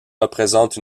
représente